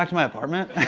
my apartment?